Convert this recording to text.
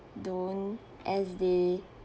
don't as they